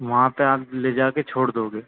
वहाँ पे आप लेजा के छोड़ दोगे